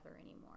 anymore